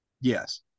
Yes